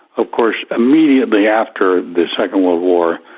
of course immediately after the second world war,